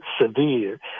severe